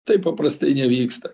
taip paprastai nevyksta